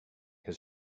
his